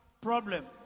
problem